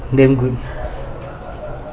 damn good